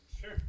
Sure